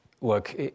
Look